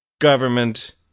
Government